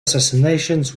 assassinations